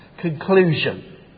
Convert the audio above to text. conclusion